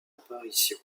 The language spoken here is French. apparition